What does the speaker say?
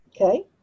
Okay